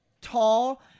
tall